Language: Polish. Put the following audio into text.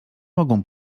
mogą